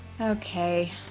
okay